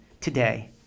today